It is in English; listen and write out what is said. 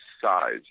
size